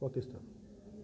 Pakistan